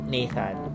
Nathan